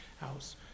house